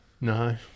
No